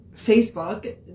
Facebook